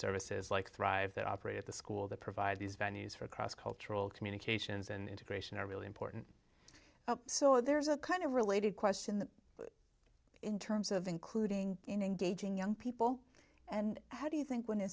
services like thrive that operate at the school that provide these venues for cross cultural communications and integration are really important so there's a kind of related question in terms of including in engaging young people and how do you think when